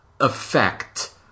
effect